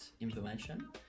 information